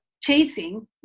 chasing